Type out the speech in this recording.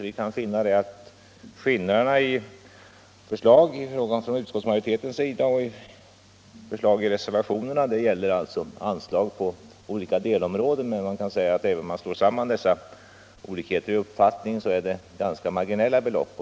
Vi kan finna att skillnaderna mellan förslag från utskottsmajoritetens sida och förslag i reservationerna gäller anslag på olika delområden, men även om man slår samman dessa olikheter är det ganska marginella belopp.